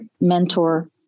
mentor